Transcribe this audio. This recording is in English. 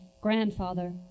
Grandfather